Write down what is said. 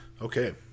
Okay